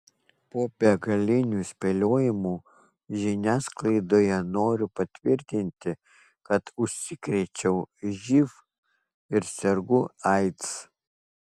po begalinių spėliojimų žiniasklaidoje noriu patvirtinti kad užsikrėčiau živ ir sergu aids